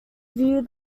view